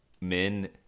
men